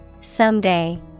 Someday